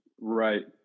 Right